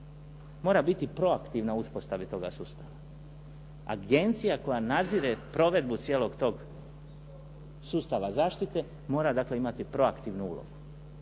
mora biti proaktivna u uspostavi toga sustava. Agencija koja nadzire provedbu cijelog toga sustava zaštite mora dakle imati proaktivnu ulogu.